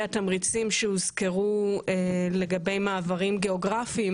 התמריצים שהוזכרו לגבי מעברים גיאוגרפיים.